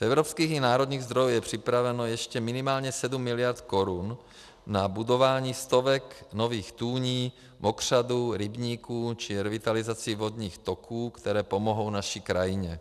Z evropských i národních zdrojů je připraveno ještě minimálně 7 mld. korun na budování stovek nových tůní, mokřadů, rybníků či revitalizaci vodních toků, které pomohou naší krajině.